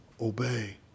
obey